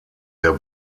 der